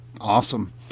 awesome